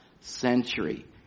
century